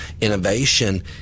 Innovation